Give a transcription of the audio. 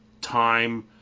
time